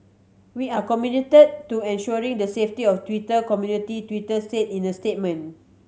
we are committed to ensuring the safety of Twitter community Twitter said in a statement